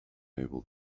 able